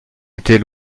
était